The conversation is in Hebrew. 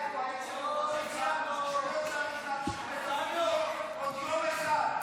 לקואליציה ואופוזיציה שלא צריך להמשיך --- עוד יום אחד.